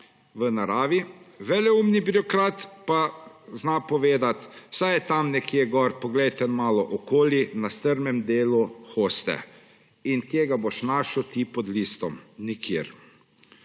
v naravi. Veleumni birokrat pa zna povedati – saj je tam nekje gor, poglejte malo okoli na strmem delu hoste. In kje ga boš našel ti pod listom?! Nikjer.